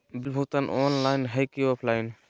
Bill भुगतान online है की ऑफलाइन?